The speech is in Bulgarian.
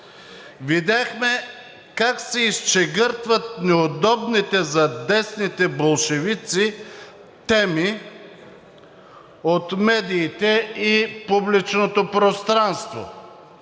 Видяхме как се изчегъртват неудобните за десните болшевики теми от медиите и публичното пространство,